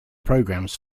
programs